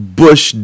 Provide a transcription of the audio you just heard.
bush